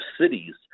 cities